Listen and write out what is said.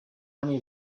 many